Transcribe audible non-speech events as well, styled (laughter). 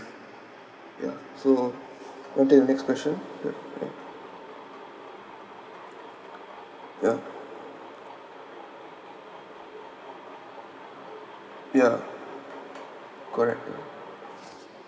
yeah so want take the next question ya correct yeah yeah correct yeah (noise)